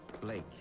Blake